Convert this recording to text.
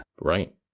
right